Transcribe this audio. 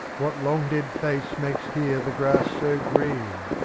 what long-dead face makes here the grass so green?